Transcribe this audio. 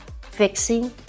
fixing